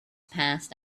passed